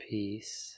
Peace